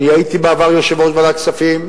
אני הייתי בעבר יושב-ראש ועדת הכספים,